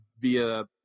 via